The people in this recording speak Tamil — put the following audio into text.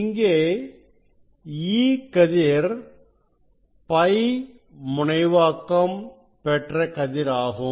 இங்கே E கதிர் π முனைவாக்கம் பெற்ற கதிர் ஆகும்